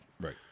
Right